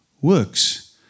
works